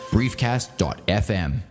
briefcast.fm